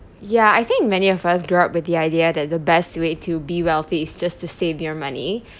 ya I think many of us grew up with the idea that the best way to be wealthy is just to save your money